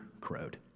crowed